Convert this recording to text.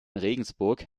regensburg